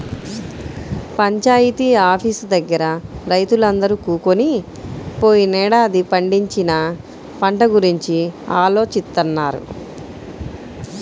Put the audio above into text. panchayat office దగ్గర రైతులందరూ కూకొని పోయినేడాది పండించిన పంట గురించి ఆలోచిత్తన్నారు